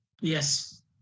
Yes